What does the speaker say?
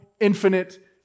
infinite